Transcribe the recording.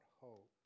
hope